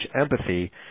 empathy